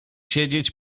siedzieć